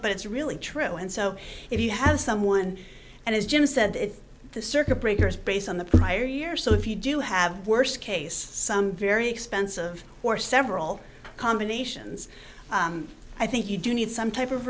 but it's really true and so if you have someone and as jim said if the circuit breaker is based on the prior year so if you do have worst case some very expensive or several combinations i think you do need some type of